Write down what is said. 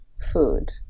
food